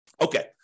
Okay